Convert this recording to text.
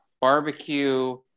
barbecue